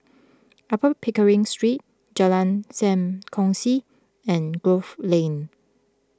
Upper Pickering Street Jalan Sam Kongsi and Grove Lane